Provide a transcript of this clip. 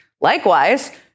Likewise